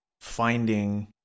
finding